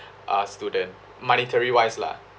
uh student monetary wise lah